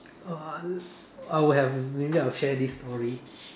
uh I would have maybe I'll share this story